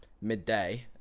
Midday